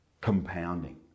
compounding